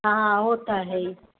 हा हू त आहे ई